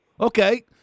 okay